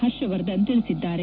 ಹರ್ಷವರ್ಧನ್ ತಿಳಿಸಿದ್ದಾರೆ